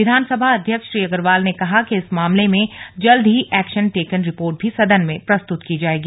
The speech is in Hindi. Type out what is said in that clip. विधानसभा अध्यक्ष श्री अग्रवाल ने कहा कि इस मामले में जल्द ही एक्शन टेकन रिपोर्ट भी सदन में प्रस्तुत की जाएगी